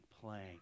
playing